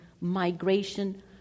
migration